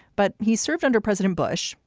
but he served under president bush,